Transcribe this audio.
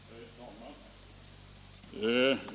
Herr talman!